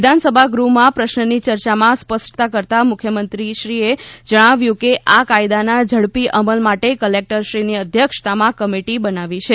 વિધાનસભા ગૃહમાં પ્રશ્નની ચર્ચામાં સ્પષ્ટતા કરતા મુખ્યમંત્રીશ્રીએ જણાવ્યું કે આ કાયદાના ઝડપી અમલ માટે કલેકટરશ્રીની અધ્યક્ષતામાં કમિટી બનાવી છે